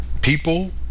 People